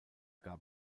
gab